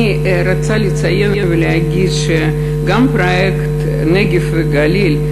אני רוצה לציין ולהגיד שגם פרויקט נגב וגליל,